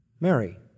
Mary